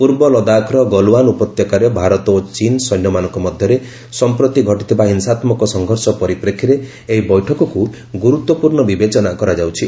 ପୂର୍ବ ଲଦାଖ୍ର ଗଲ୍ୱାନ୍ ଉପତ୍ୟକାରେ ଭାରତ ଓ ଚୀନ୍ ସୈନ୍ୟମାନଙ୍କ ମଧ୍ୟରେ ସମ୍ପ୍ରତି ଘଟିଥିବା ହିଂସାତ୍କକ ସଂଘର୍ଷ ପରିପ୍ରେକ୍ଷୀରେ ଏହି ବୈଠକକୁ ଗୁରୁତ୍ୱପୂର୍ଣ୍ଣ ବିବେଚନା କରାଯାଉଛି